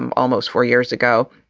um almost four years ago.